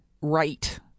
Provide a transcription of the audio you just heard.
right